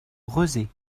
rezé